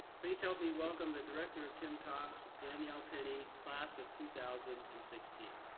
please help me welcome the director of timtalks, danielle penny, class of two thousand and sixteen.